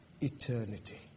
eternity